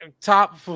top